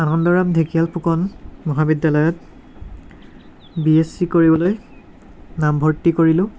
আনন্দৰাম ঢেকীয়াল ফুকন মহাবিদ্যালয়ত B S C কৰিবলৈ নামভৰ্তি কৰিলোঁ